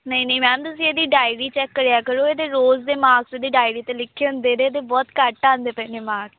ਨਹੀਂ ਨਹੀਂ ਮੈਮ ਤੁਸੀਂ ਇਹਦੀ ਡਾਇਰੀ ਚੈੱਕ ਕਰਿਆ ਕਰੋ ਇਹਦੇ ਰੋਜ਼ ਦੇ ਮਾਰਕਸ ਉਹਦੀ ਡਾਇਰੀ 'ਤੇ ਲਿਖੇ ਹੁੰਦੇ ਨੇ ਅਤੇ ਬਹੁਤ ਘੱਟ ਆਉਂਦੇ ਪਏ ਨੇ ਮਾਰਕਸ